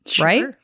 Right